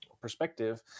perspective